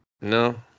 No